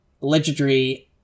legendary